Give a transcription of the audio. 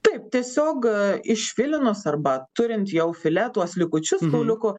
taip tiesiog iš filinos arba turint jau filė tuos likučius kauliukų